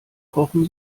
kochen